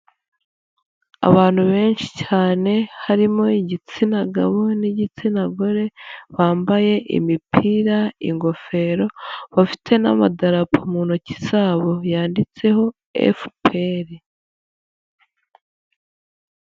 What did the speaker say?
Abantu benshi cyane harimo igitsina gabo n'igitsina gore, bambaye imipira, ingofero bafite n'amadarapo mu ntoki zabo yanditseho FPR.